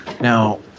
Now